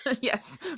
Yes